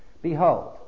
Behold